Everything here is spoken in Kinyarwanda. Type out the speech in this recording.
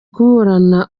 kuburana